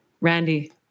Randy